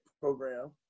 program